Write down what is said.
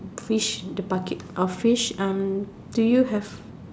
fish the bucket of fish um do you have